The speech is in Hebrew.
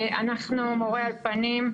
אנחנו, מורי האולפנים,